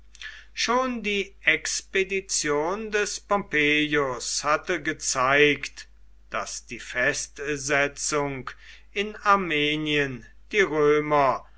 schon die expedition des pompeius hatte gezeigt daß die festsetzung in armenien die römer